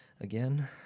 Again